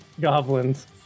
goblins